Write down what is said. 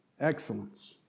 excellence